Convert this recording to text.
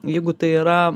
jeigu tai yra